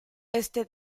este